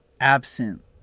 absent